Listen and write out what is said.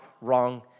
wrong